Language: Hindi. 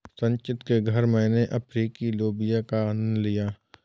संचित के घर मैने अफ्रीकी लोबिया का आनंद लिया